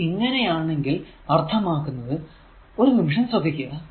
ഇത് ഇങ്ങനെയാണെങ്കിൽ അർത്ഥമാക്കുന്നത് ഒരു നിമിഷം ശ്രദ്ധിക്കുക